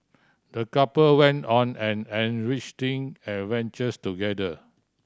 the couple went on an enriching adventure together